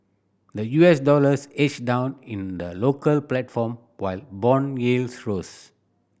the U S dollars edged down in the local platform while bond yields rose